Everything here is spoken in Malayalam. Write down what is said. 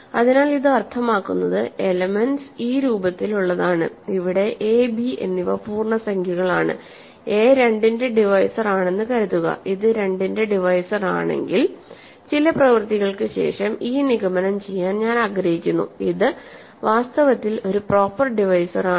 അതിനാൽ ഇത് അർത്ഥമാക്കുന്നത് എലെമെൻറ്സ് ഈ രൂപത്തിലുള്ളതാണ് ഇവിടെ a b എന്നിവ പൂർണ്ണസംഖ്യകളാണ് a 2 ന്റെ ഡിവൈസർ ആണെന്ന് കരുതുക ഇത് 2 ന്റെ ഡിവൈസർ ആണെങ്കിൽ ചില പ്രവൃത്തികൾക്ക് ശേഷം ഈ നിഗമനം ചെയ്യാൻ ഞാൻ ആഗ്രഹിക്കുന്നു ഇത് വാസ്തവത്തിൽ ഒരു പ്രോപ്പർ ഡിവൈസർ ആണ്